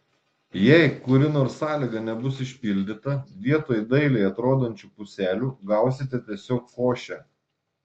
jei kuri nors sąlyga nebus išpildyta vietoj dailiai atrodančių puselių gausite tiesiog košę